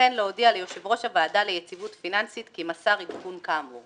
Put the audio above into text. וכן להודיע ליושב-ראש הוועדה ליציבות פיננסית כי מסר עדכון כאמור.